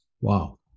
Wow